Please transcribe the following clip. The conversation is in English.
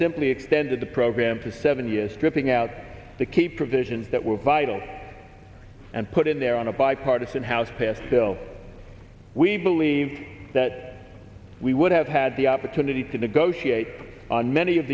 simply extended the program to seven years stripping out the key provisions that were vital and put in there on a bipartisan house passed bill we believe that we would have had the opportunity to negotiate on many of